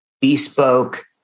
bespoke